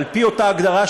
על-פי אותה הגדרה,